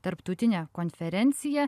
tarptautinė konferencija